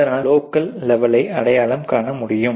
அதனால் லோக்கல் லெவலை அடையாளம் காண முடியும்